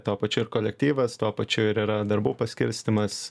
tuo pačiu ir kolektyvas tuo pačiu ir yra darbų paskirstymas